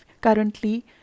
currently